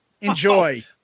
Enjoy